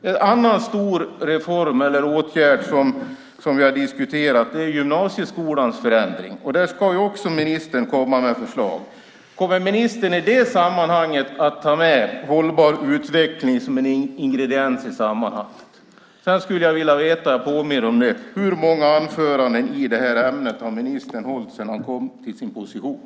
En annan stor reform eller åtgärd som vi har diskuterat är gymnasieskolans förändring, och där ska ministern också komma med förslag. Kommer ministern i det sammanhanget att ta med hållbar utveckling som en ingrediens? Sedan påminner jag om att jag skulle vilja veta: Hur många anföranden i det här ämnet har ministern hållit sedan han kom till sin position?